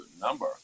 number